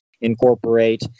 incorporate